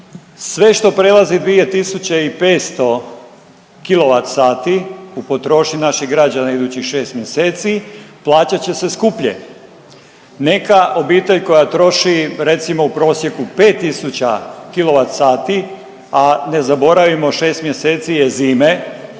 Sve što prelazi 2500 kilovat sati u potrošnji naših građana idućih šest mjeseci plaćat će se skuplje. Neka obitelj koja troši recimo u prosjeku 5000 kilovat sati, a ne zaboravimo 6 mjeseci je zime